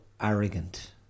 arrogant